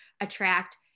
attract